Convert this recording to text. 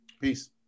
peace